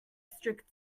strict